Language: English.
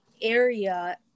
area